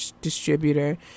distributor